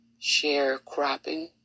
sharecropping